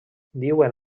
diuen